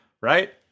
right